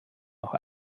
noch